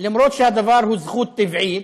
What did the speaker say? אף שהדבר הוא זכות טבעית,